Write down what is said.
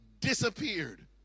disappeared